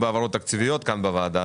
תקציביות.